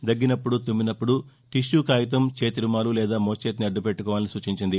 దగ్గినప్పుడు తుమ్మినప్పుడు టీష్యూ కాగితం చేతి రుమాలు లేదా మోచేతిని అద్యుపెట్టుకోవాని సూచించింది